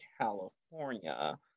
California